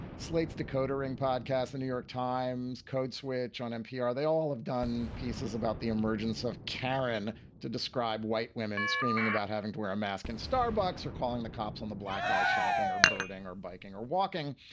slate's decoder ring podcast, the new york times code switch on npr. they all have done pieces about the emergence of karren to describe white women screaming about having to wear a mask. and starbucks are calling the cops on the black guy shopping or birdwing or biking or walking.